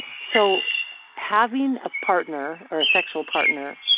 so having a partner, or a sexual partner,